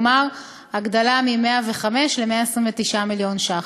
כלומר הגדלה מ-105 ל-129 מיליון ש"ח.